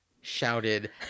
shouted